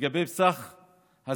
לגבי סך הזכאים,